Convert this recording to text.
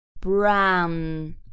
Brown